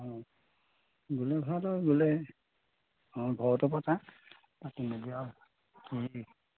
গ'লে ভাল আৰু গ'লে অঁ ঘৰতো পাতা পাতি মেলি আৰু